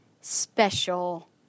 special